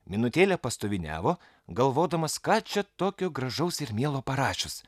minutėlę pastoviniavo galvodamas ką čia tokio gražaus ir mielo parašius